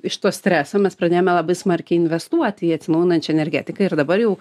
iš to streso mes pradėjome labai smarkiai investuoti į atsinaujinančią energetiką ir dabar jau